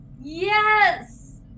Yes